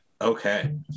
Okay